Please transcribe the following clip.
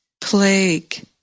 plague